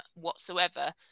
whatsoever